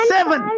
Seven